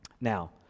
Now